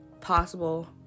possible